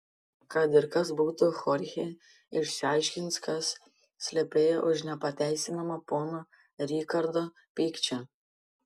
kad ir kas būtų chorchė išsiaiškins kas slypėjo už nepateisinamo pono rikardo pykčio